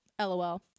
LOL